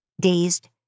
dazed